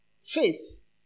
Faith